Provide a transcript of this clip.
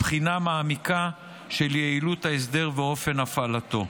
לבחינה מעמיקה של יעילות ההסדר ואופן הפעלתו.